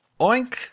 Oink